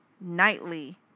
nightly